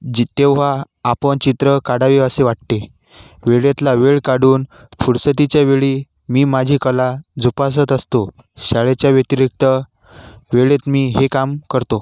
जी तेव्हा आपण चित्रं काढावी असे वाटते वेळेतला वेळ काढून फुरसतीच्या वेळी मी माझी कला जोपासत असतो शाळेच्या व्यतिरिक्त वेळेत मी हे काम करतो